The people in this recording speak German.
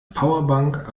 powerbank